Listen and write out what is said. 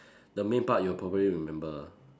the main part you'll probably remember